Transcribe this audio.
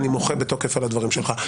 ואני מוחה בתוקף על הדברים שלך.